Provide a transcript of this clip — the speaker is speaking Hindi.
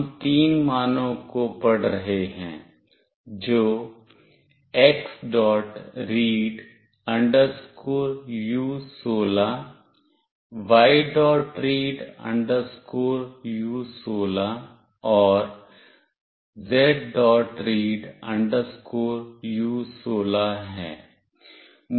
हम तीन मानों को पढ़ रहे हैं जो Xread u16 Yread u16 और Zread u16 हैं